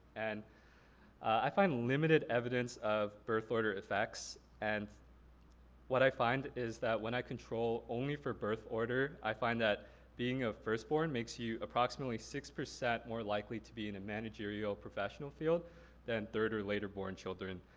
and i find limited evidence of birth order effects and what i find is that when i control only for birth order i find that being a first born makes you approximately six percent more likely to be in a managerial professional field than third or later born children.